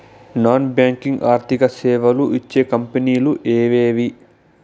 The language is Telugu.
నాన్ బ్యాంకింగ్ ఆర్థిక సేవలు ఇచ్చే కంపెని లు ఎవేవి?